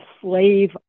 slave